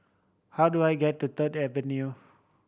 how do I get to Third Avenue